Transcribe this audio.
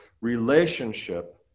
relationship